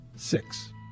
Six